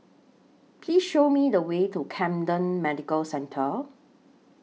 Please Show Me The Way to Camden Medical Centre